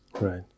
right